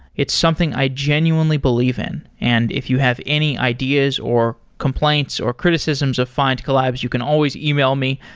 it's something i genuinely believe in, and if you have any ideas or complaints or criticisms of findcollabs, you can always email me,